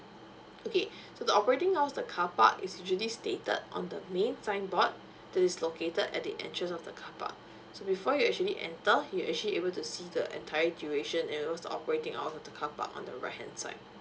okay so the operating hours the car park is usually stated on the main signboard this is located at the entrance of the car park so before you actually enter you actually able to see the entire duration and also operating hours of the car park on the right hand side